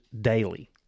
daily